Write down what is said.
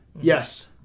Yes